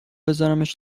بذارمش